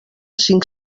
cinc